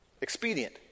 expedient